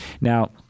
Now